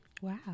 wow